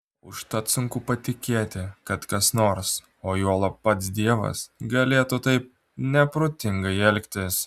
užtat sunku patikėti kad kas nors o juolab pats dievas galėtų taip neprotingai elgtis